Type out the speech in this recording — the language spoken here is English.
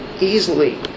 easily